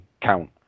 count